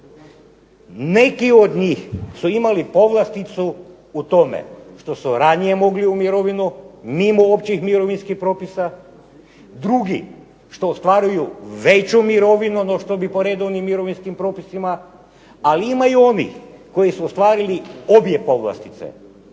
Neki od njih su imali povlasticu u tome što su ranije mogli u mirovinu, mimo općih mirovinskih propisa, drugi što ostvaruju veću mirovinu no što bi po redovnim mirovinskim propisima, ali ima i onih koji su ostvarili obje povlastice,